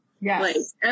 Yes